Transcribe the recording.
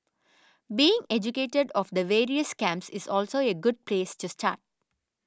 being educated of the various scams is also a good place to start